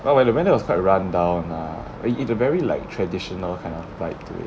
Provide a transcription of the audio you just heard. !wah! but when I went it was quite rundown ah I mean it had a very like traditional kind of vibe to it